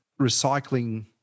recycling